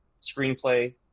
screenplay